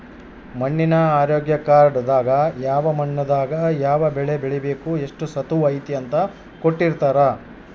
ಮಣ್ಣಿನ ಆರೋಗ್ಯ ಕಾರ್ಡ್ ದಾಗ ಯಾವ ಮಣ್ಣು ದಾಗ ಯಾವ ಬೆಳೆ ಬೆಳಿಬೆಕು ಎಷ್ಟು ಸತುವ್ ಐತಿ ಅಂತ ಕೋಟ್ಟಿರ್ತಾರಾ